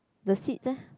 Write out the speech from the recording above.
the seats eh